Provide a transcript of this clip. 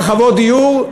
הרחבות דיור,